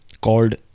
called